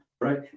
right